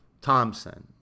thompson